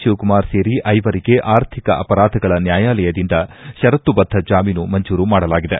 ಶಿವಕುಮಾರ್ ಸೇರಿ ಐವರಿಗೆ ಆರ್ಥಿಕ ಅಪರಾಧಗಳ ನ್ನಾಯಾಲಯದಿಂದ ಪರತ್ತುಬದ್ದ ಜಾಮೀನು ಮಂಜೂರು ಮಾಡಲಾಗಿದೆ